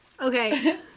Okay